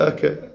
Okay